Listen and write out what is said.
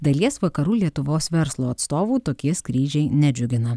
dalies vakarų lietuvos verslo atstovų tokie skrydžiai nedžiugina